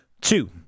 Two